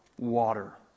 water